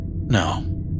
No